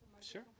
Sure